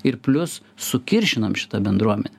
ir plius sukiršinam šitą bendruomenę